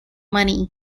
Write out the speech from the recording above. money